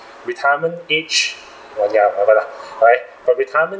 retirement age uh ya but uh alright but retirement